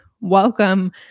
welcome